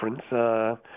difference